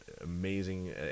amazing